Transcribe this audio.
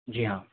जी हाँ